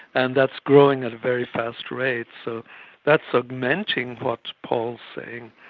and that's growing at a very fast rate. so that's augmenting what paul's saying.